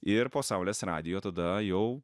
ir po saulės radijo tada jau